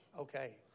Okay